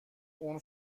اون